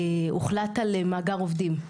הוחלט על מאגר עובדים.